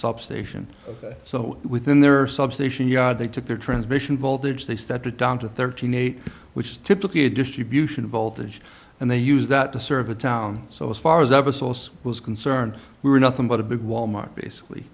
substation so within their substation yard they took their transmission voltage they started down to thirteen eight which is typically a distribution voltage and they use that to serve a town so as far as of a source was concerned we were nothing but a big wal mart basically